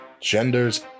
genders